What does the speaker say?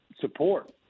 support